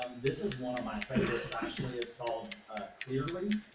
um this is one of my favorites, actually. it's called clearly,